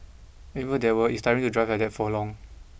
even if there were it is tiring to drive like that for long